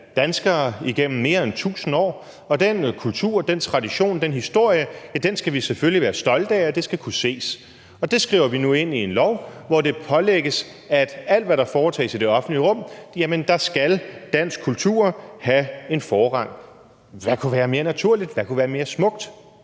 danskere igennem mere end tusind år, og den kultur, den tradition og den historien skal vi selvfølgelig være stolte af, og det skal kunne ses, og det skriver vi nu ind i en lov, hvor det pålægges, at af alt, hvad der foretages i det offentlige rum, skal dansk kultur have en forrang? Hvad kunne være mere naturligt, hvad kunne være mere smukt?